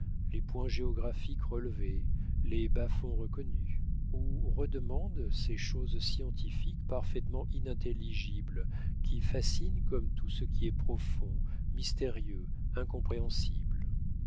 les points géographiques relevés les bas-fonds reconnus on redemande ces choses scientifiques parfaitement inintelligibles qui fascinent comme tout ce qui est profond mystérieux incompréhensible